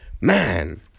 man